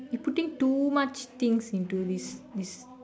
you putting too much things into this this